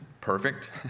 perfect